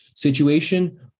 situation